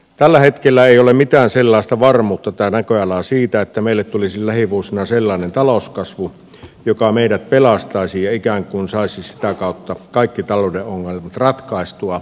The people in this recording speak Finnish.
tällä hetkellä ei ole mitään semmoista varmuutta tai näköalaa siitä että meille tulisi lähivuosina sellainen talouskasvu joka meidät pelastaisi ja ikään kuin saisi sitä kautta kaikki talouden ongelmat ratkaistua